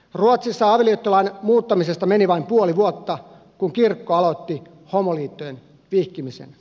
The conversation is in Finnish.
ruotsissa avioliittolain muuttamisesta meni vain puoli vuotta kun kirkko aloitti homoliittojen vihkimisen